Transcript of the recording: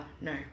No